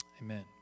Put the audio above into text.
Amen